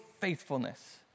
faithfulness